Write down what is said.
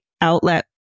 outlet